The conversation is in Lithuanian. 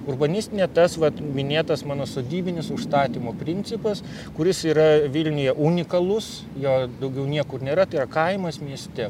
urbanistinė tas vat minėtas mano sodybinis užstatymo principas kuris yra vilniuje unikalus jo daugiau niekur nėra tai yra kaimas mieste